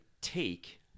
take